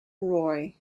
roy